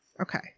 Okay